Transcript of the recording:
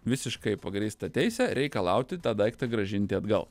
visiškai pagrįstą teisę reikalauti tą daiktą grąžinti atgal